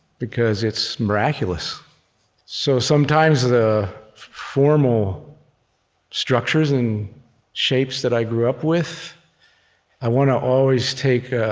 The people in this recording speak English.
because it's miraculous so sometimes, the formal structures and shapes that i grew up with i want to always take ah